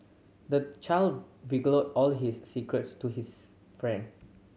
the child all his secrets to his friend